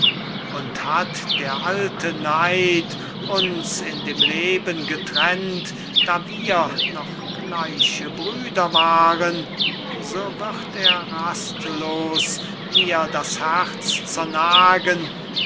und hat der alte neid uns in dem leben getrennt da wir noch gleich brüder waren so wurd er rastlos mir das herz zernagen